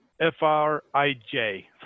F-R-I-J